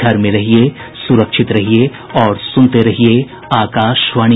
घर में रहिये सुरक्षित रहिये और सुनते रहिये आकाशवाणी